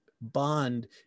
bond